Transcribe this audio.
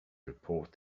report